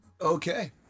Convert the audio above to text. Okay